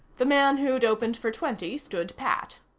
the man who'd opened for twenty stood pat.